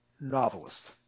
novelist